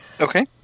Okay